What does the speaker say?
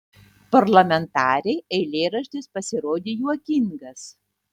parlamentarei eilėraštis pasirodė juokingas